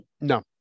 No